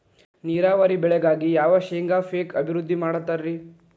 ನೇರಾವರಿ ಬೆಳೆಗಾಗಿ ಯಾವ ಶೇಂಗಾ ಪೇಕ್ ಅಭಿವೃದ್ಧಿ ಮಾಡತಾರ ರಿ?